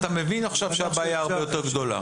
אתה עכשיו מבין שהבעיה הרבה יותר גדולה.